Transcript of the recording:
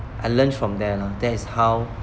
I learned from there lah that is how